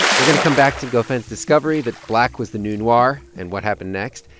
we're going to come back to ngofeen's discovery that black was the new noir and what happened next.